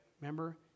remember